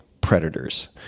predators